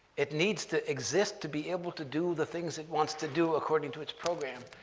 it needs to exist to be able to do the things it wants to do according to its program.